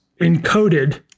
encoded